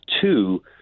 Two